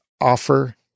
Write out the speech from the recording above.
offer